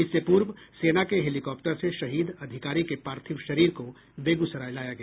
इससे पूर्व सेना के हेलीकाप्टर से शहीद अधिकारी के पार्थिव शरीर को बेगूसराय लाया गया